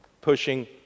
pushing